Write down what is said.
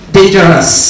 Dangerous